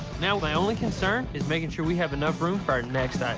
now my only concern is making sure we have enough room for our next item.